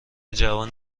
جوان